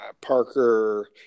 Parker